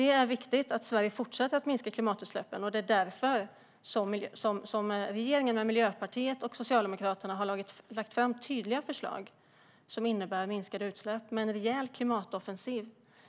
Det är viktigt att Sverige fortsätter att minska klimatutsläppen, och det är därför regeringen med Miljöpartiet och Socialdemokraterna har lagt fram tydliga förslag som innebär minskade utsläpp med en rejäl klimatoffensiv.